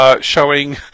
Showing